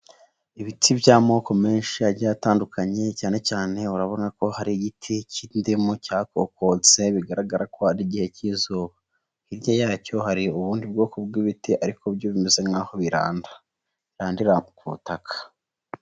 Ibiti by'amoko menshi atandukanye cyane cyane urabona ko hari igiti cy'indimu cyakokotse bigaragara ko ari igihe cy'izuba, hirya yacyo hari ubundi bwoko bw'ibiti ariko byo bimeze nk'aho birandara, birandaranda ku butaka.